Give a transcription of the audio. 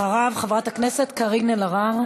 אחריו, חברת הכנסת קארין אלהרר.